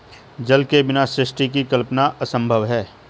जल के बिना सृष्टि की कल्पना असम्भव ही है